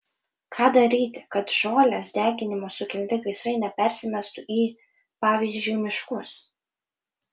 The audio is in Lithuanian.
ką daryti kad žolės deginimo sukelti gaisrai nepersimestų į pavyzdžiui miškus